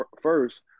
first